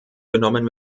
genommen